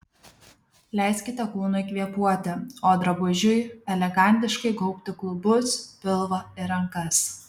leiskite kūnui kvėpuoti o drabužiui elegantiškai gaubti klubus pilvą ir rankas